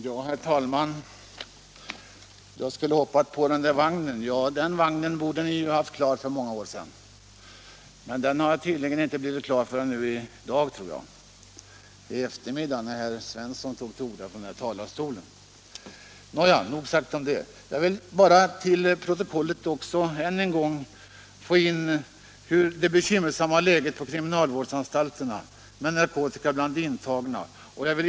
Herr talman! Jag skulle ha hoppat på vagnen, menar herr Svensson i Kungälv. Den vagnen borde ni ha haft klar för många år sedan, men den har tydligen inte blivit färdig förrän nu i eftermiddag, när herr Svensson tog till orda från den här talarstolen. Nog sagt om det. Jag vill än en gång betona det bekymmersamma läget på kriminalvårdsanstalterna med narkotika bland de intagna.